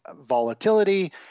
volatility